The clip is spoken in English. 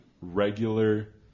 regular